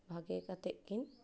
ᱵᱷᱟᱜᱮ ᱠᱟᱛᱮᱫ ᱠᱤᱱ